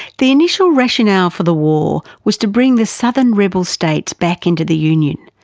the initial rationale for the war was to bring the southern rebel states back into the union.